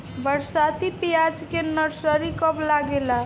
बरसाती प्याज के नर्सरी कब लागेला?